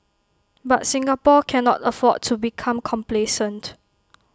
but Singapore cannot afford to become complacent